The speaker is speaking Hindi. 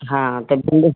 हाँ हाँ तब भिंडी